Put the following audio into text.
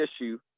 issue